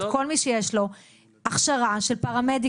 כל מי שיש לו הכשרה של פרמדיק,